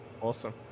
Awesome